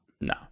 no